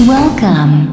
Welcome